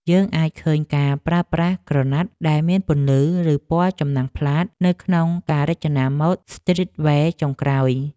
យើងអាចឃើញការប្រើប្រាស់ក្រណាត់ដែលមានពន្លឺ ឬពណ៌ចំណាំងផ្លាតនៅក្នុងការរចនាម៉ូដស្ទ្រីតវែរចុងក្រោយ។